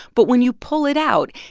but when you pull it out,